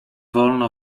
wolno